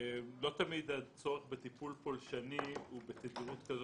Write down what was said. לא תמיד הצורך בטיפול פולשני הוא בתדירות כזו